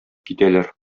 китәләр